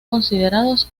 considerados